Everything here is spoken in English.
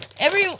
Every-